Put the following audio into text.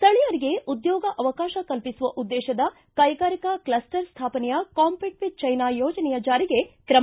ಸ್ಥಳೀಯರಿಗೆ ಉದ್ಯೋಗಾವಕಾಶ ಕಲ್ಪಿಸುವ ಉದ್ವೇಶದ ಕೈಗಾರಿಕಾ ಕ್ಲಸ್ಟರ ಸ್ಥಾಪನೆಯ ಕಾಂಪೀಟ್ ವಿತ್ ಚೈನಾ ಯೋಜನೆಯ ಜಾರಿಗೆ ಕ್ರಮ